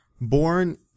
Born